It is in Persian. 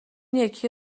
یکی